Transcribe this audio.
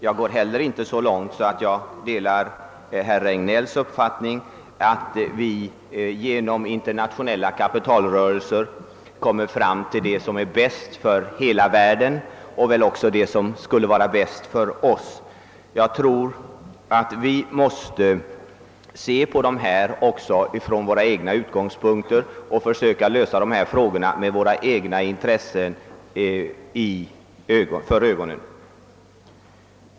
Jag går emellertid inte heller så långt att jag delar herr Regnélls uppfattning att vi genom internationella kapitalrörelser kommer fram till bästa möjliga resultat för världen som helhet och väl även för oss själva. Vi måste se på dessa frågor också från våra egna utgångspunkter och försöka lösa dem med våra egna intressen för ögonen.